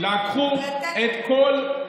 לקחו את כל,